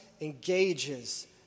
engages